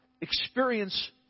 experience